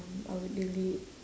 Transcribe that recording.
um I would delete